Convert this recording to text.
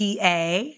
PA